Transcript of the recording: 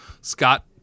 Scott